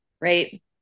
right